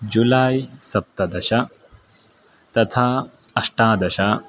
जुलै सप्तदश तथा अष्टादश